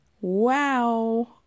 wow